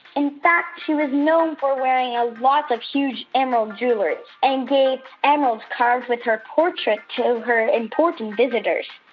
in fact, she was known for wearing ah lots of huge, emerald jewelry and gave emeralds carved with her portrait to her important visitors.